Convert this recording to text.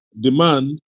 demand